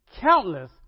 countless